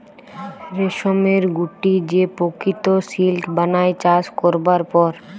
রেশমের গুটি যে প্রকৃত সিল্ক বানায় চাষ করবার পর